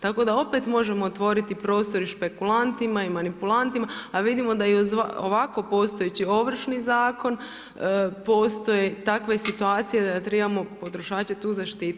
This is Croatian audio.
Tako da opet možemo otvoriti prostor špekulantima i manipulantima, a i vidimo da i uz ovako postojeći Ovršni zakon postoje takve situacije, da trebamo potrošače tu zaštiti.